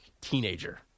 Teenager